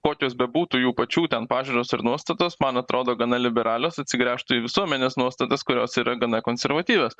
kokios bebūtų jų pačių ten pažiūros ir nuostatos man atrodo gana liberalios atsigręžtų į visuomenės nuostatas kurios yra gana konservatyvios